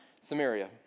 Samaria